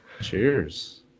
cheers